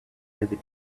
every